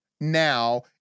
now